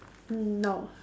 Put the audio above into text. mm no